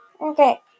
Okay